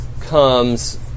comes